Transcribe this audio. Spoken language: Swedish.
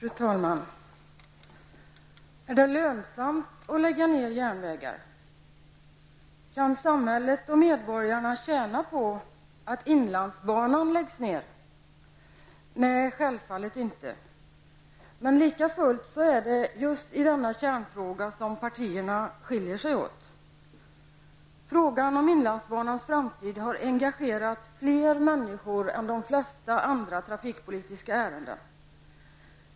Fru talman! Är det lönsamt att lägga ner järnvägar? Kan samhället och medborgarna tjäna på att inlandsbanan läggs ner? Nej, självfallet inte. Men likafullt är det just i denna kärnfråga som partierna skiljer sig åt. Frågan om inlandsbanans framtid har engagerat fler människor än de flesta andra trafikpolitiska ärenden.